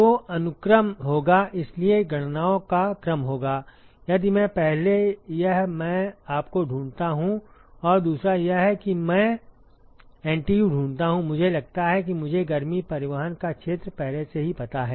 तो अनुक्रम होगा इसलिए गणनाओं का क्रम होगा यदि मैं पहले यह मैं आपको ढूंढता हूं और दूसरा यह है कि मैं एनटीयू ढूंढता हूं मुझे लगता है कि मुझे गर्मी परिवहन का क्षेत्र पहले से ही पता है